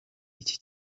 iki